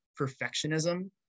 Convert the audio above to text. perfectionism